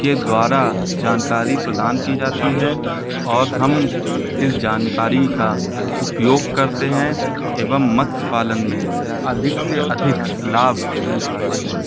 के द्वारा जानकारी प्रदान की जाती है और हम इस जानकारी का उपयोग करते हैं एवं मत्स्य पालन में अधिक से अधिक लाभ भी उठाते हैं